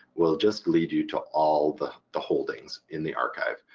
will just lead you to all the the holdings in the archive.